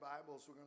Bibles